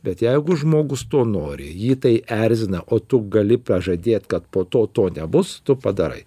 bet jeigu žmogus to nori jį tai erzina o tu gali pažadėt kad po to to nebus tu padarai